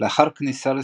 לאחר כניסה לסיבוב,